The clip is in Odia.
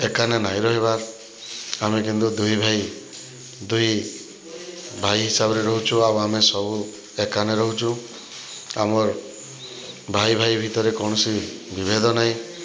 ଏକାନେ ନାଇଁ ରହିବାର୍ ଆମେ କିନ୍ତୁ ଦୁଇଭାଇ ଦୁଇ ଭାଇ ହିସାବରେ ରହୁଛୁ ଆଉ ଆମେ ସବୁ ଏକାନେ ରହୁଛୁ ଆମର ଭାଇଭାଇ ଭିତରେ କୌଣସି ବିଭେଦ ନାହିଁ